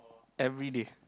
everyday